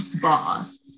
boss